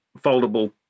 foldable